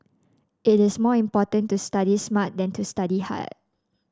it is more important to study smart than to study hard